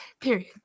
period